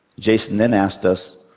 jason then asked us,